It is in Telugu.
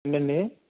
ఏంటి అండి